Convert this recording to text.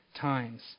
times